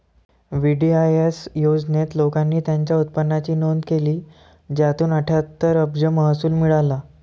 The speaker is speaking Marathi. वी.डी.आई.एस योजनेत, लोकांनी त्यांच्या उत्पन्नाची नोंद केली, ज्यातून अठ्ठ्याहत्तर अब्ज महसूल मिळाला